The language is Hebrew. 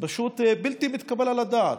פשוט בלתי מתקבל על הדעת.